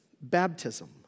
Baptism